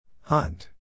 Hunt